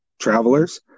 travelers